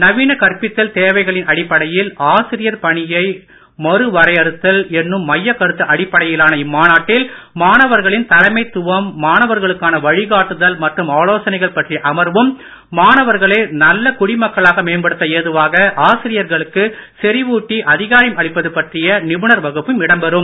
நவீன கற்பித்தல் தேவைகளின் அடிப்படையில் ஆசிரியர் பணியை மறுவரையறுத்தல் என்னும் மையக் கருத்து அடிப்படையிலான இம்மாநாட்டில் மாணவர்களின் தலைமைத் துவம் மாணவர்களுக்கான வழிகாட்டுதல் மற்றும் ஆலோசனைகள் பற்றிய அமர்வும் மாணவர்களை நல்ல குடிமக்களாக மேம்படுத்த ஏதுவாக ஆசிரியர்களுக்கு செறிவூட்டி அதிகாரம் அளிப்பது பற்றிய நிபுணர் வகுப்பும் இடம் பெறும்